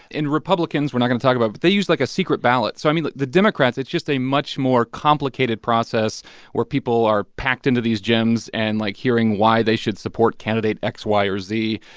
and republicans were not going to talk about, but they use, like, a secret ballot so, i mean, the democrats, it's just a much more complicated process where people are packed into these gyms and, like, hearing why they should support candidate x, y or z.